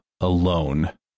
alone